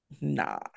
nah